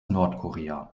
nordkorea